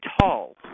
tall